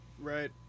Right